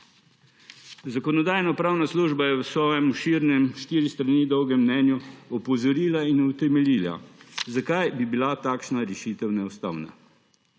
Zakonodajno-pravna služba je v svojem obširnem, štiri strani dolgem mnenju opozorila in utemeljila, zakaj bi bila takšna rešitev neustavna.